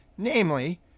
Namely